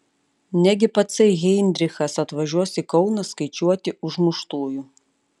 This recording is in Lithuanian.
negi patsai heidrichas atvažiuos į kauną skaičiuoti užmuštųjų